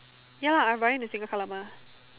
ya lah I buying the single colour mah